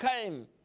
came